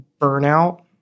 burnout